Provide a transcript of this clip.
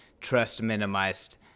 trust-minimized